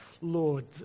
Lord